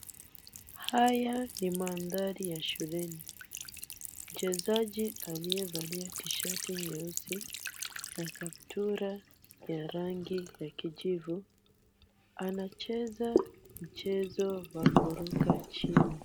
Haya ni mandhari ya shuleni, mchezaji aliyevalia tishati nyeusi na kaptura ya rangi ya kijivu anacheza mchezo wa kuruka chini.